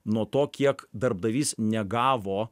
nuo to kiek darbdavys negavo